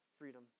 freedom